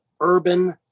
urban